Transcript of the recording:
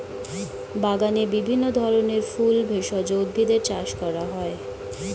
বাগানে বিভিন্ন ধরনের ফুল, ভেষজ উদ্ভিদের চাষ করা হয়